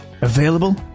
Available